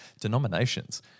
denominations